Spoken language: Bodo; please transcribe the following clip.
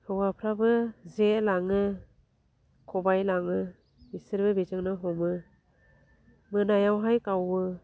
हौवाफ्राबो जे लाङो खबाय लाङो बिसोरबो बेजोंनो हमो मोनायावहाय गावो